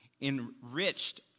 Enriched